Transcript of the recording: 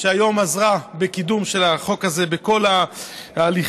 שהיום עזרה בקידום החוק הזה בכל ההליכים,